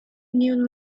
knew